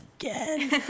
again